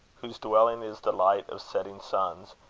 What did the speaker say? whose dwelling is the light of setting suns,